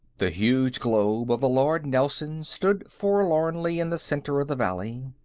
the huge globe of the lord nelson stood forlornly in the center of the valley.